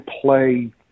play